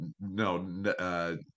no